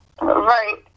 Right